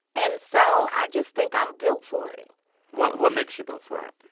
and so i just think i'm built for it what what makes you built for it?